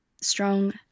strong